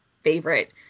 favorite